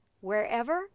wherever